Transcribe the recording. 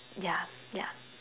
yeah yeah